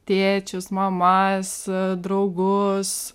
tėčius mamas draugus